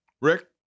Rick